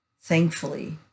Thankfully